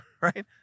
right